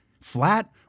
flat